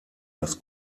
das